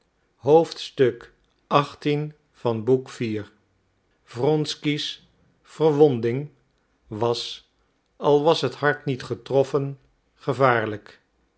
wronsky's verwonding was al was het hart niet getroffen gevaarlijk